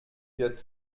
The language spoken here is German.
wird